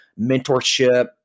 mentorship